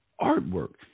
artwork